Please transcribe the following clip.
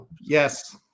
Yes